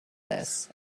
this